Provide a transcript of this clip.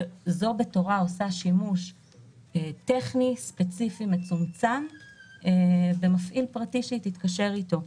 שזו בתורה עושה שימוש טכני ספציפי מצומצם במפעיל פרטי שהיא תתקשר אתו.